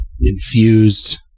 infused